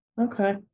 Okay